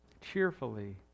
Cheerfully